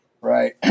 Right